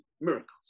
miracles